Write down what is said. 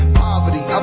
poverty